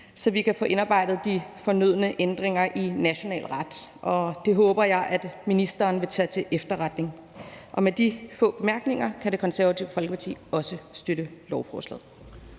så vi kan få indarbejdet de fornødne ændringer i national ret, og det håber jeg at ministeren vil tage til efterretning. Med de få bemærkninger kan Det Konservative Folkeparti også støtte lovforslaget.